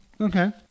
Okay